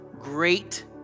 great